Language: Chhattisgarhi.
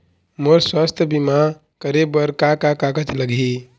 मोर स्वस्थ बीमा करे बर का का कागज लगही?